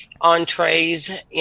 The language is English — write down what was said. entrees